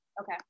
Okay